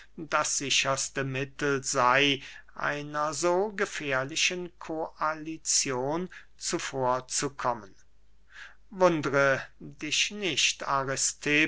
das sicherste mittel sey einer so gefährlichen koalizion zuvorzukommen wundre dich nicht